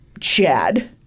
Chad